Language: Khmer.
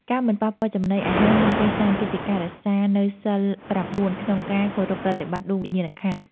ការមិនប៉ះពាល់ចំណីអាហារមុនពេលសែន គឺជាការរក្សានូវសីលប្រាំបួនក្នុងការគោរពប្រតិបត្តិដួងវិញ្ញាណក្ខន្ធ។